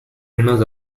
winners